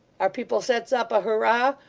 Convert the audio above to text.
our people sets up a hurrah,